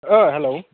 ओ हेल्ल'